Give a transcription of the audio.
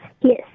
Yes